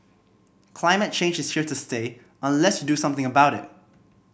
climate change is here to stay unless do something about it